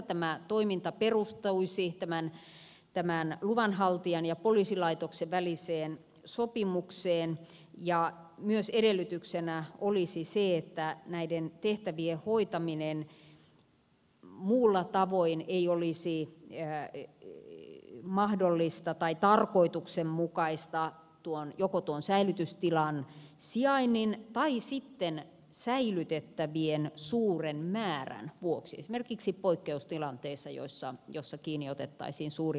tämä toiminta perustuisi tämän luvanhaltijan ja poliisilaitoksen väliseen sopimukseen ja edellytyksenä olisi myös se että näiden tehtävien hoitaminen muulla tavoin ei olisi mahdollista tai tarkoituksenmukaista joko tuon säilytystilan sijainnin tai sitten säilytettävien suuren määrän vuoksi esimerkiksi poikkeustilanteissa joissa kiinni otettaisiin suuri määrä henkilöitä